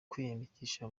kwiyandikisha